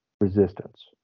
resistance